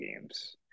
games